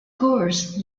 course